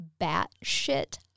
batshit